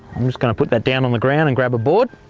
i'm just going to put that down on the ground, and grab a board.